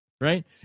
right